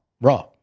Raw